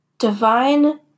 divine